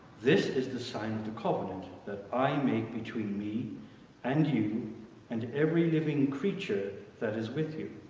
this is the sign of the covenant that i make between me and you and every living creature that is with you,